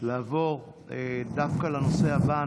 ולעבור דווקא לנושא הבא.